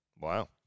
Wow